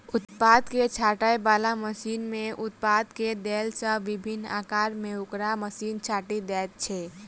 उत्पाद के छाँटय बला मशीन मे उत्पाद के देला सॅ विभिन्न आकार मे ओकरा मशीन छाँटि दैत छै